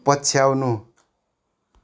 पछ्याउनु